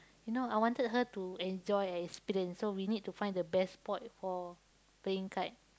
you know I wanted her to enjoy experience so we need to find the best spot for playing kite